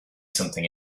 something